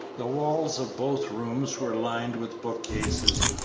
the walls of both rooms were lined with bookcases,